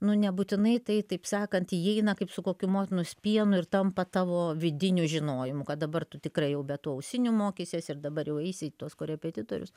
nu nebūtinai tai taip sakant įeina kaip su kokiu motinos pienu ir tampa tavo vidiniu žinojimu kad dabar tu tikrai jau be tų ausinių mokysies ir dabar jau eisi į tuos korepetitorius